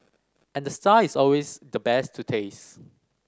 and the star is always the best to taste